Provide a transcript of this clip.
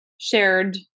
shared